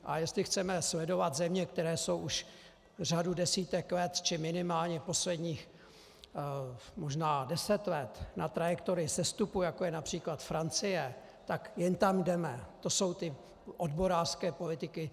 A jestli chceme sledovat země, které jsou už řadu desítek let, či minimálně posledních možná deset let na trajektorii sestupu, jako je např. Francie, tak jen tam jdeme, to jsou ty odborářské politiky.